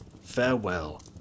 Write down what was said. Farewell